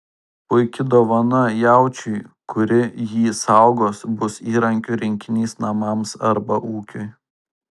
puiki dovana jaučiui kuri jį saugos bus įrankių rinkinys namams arba ūkiui